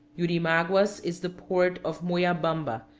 yurimaguas is the port of moyabamba,